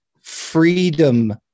freedom